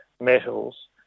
metals